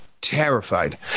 terrified